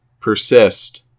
persist